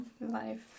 Life